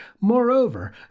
Moreover